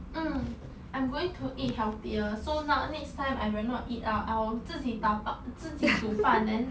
mm I'm going to eat healthier so no~ next time I will not eat out I will 自己打包自己煮饭